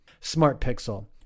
SmartPixel